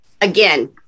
again